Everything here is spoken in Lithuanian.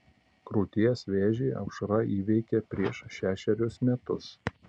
krūties vėžį aušra įveikė prieš šešerius metus